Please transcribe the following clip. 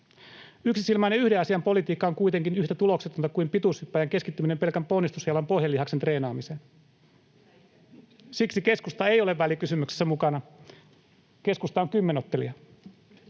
Yksisilmäinen yhden asian politiikka on kuitenkin yhtä tuloksetonta kuin pituushyppääjän keskittyminen pelkän ponnistusjalan pohjelihaksen treenaamiseen. Siksi keskusta ei ole välikysymyksessä mukana. Keskusta on kymmenottelija,